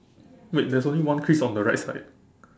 wait there's only one crease on the right side